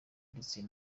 ndetse